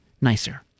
nicer